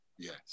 Yes